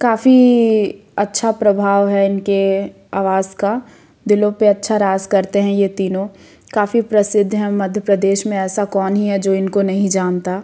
काफ़ी अच्छा प्रभाव है इनके आवाज़ का दिलों पर अच्छा राज़ करते हैं ये तीनों काफ़ी प्रसिद्ध हैं मध्य प्रदेश में ऐसा कौन ही है जो इनको नहीं जानता